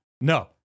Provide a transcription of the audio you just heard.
No